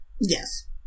Yes